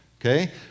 Okay